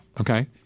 okay